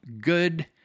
good